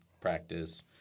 practice